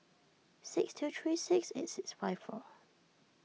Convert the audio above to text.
six two three six eight six five four